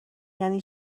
یعنی